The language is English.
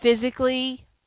physically